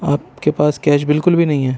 آپ کے پاس کیش بالکل بھی نہیں ہیں